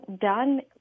done